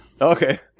Okay